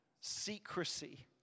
secrecy